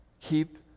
Keep